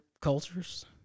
cultures